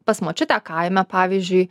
pas močiutę kaime pavyzdžiui